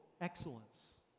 excellence